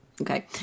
okay